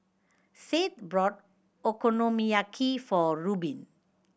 Seth brought Okonomiyaki for Rubin